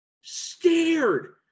stared